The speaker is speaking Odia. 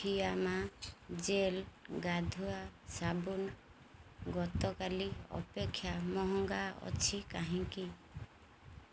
ଫିଆମା ଜେଲ୍ ଗାଧୁଆ ସାବୁନ୍ ଗତକାଲି ଅପେକ୍ଷା ମହଙ୍ଗା ଅଛି କାହିଁକି